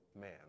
man